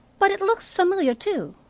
but it looks familiar, too.